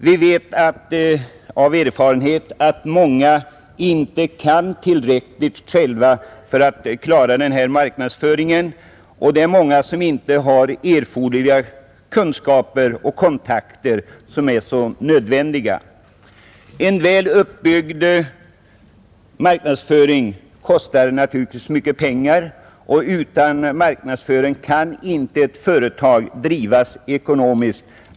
Vi vet av erfarenhet att många inte själva kan tillräckligt för att klara marknadsföringen, och det är många som inte har de erforderliga kontakter som är nödvändiga. En väl uppbyggd marknadsföring kostar naturligtvis mycket pengar, och utan marknadsföring kan inte ett företag drivas ekonomiskt.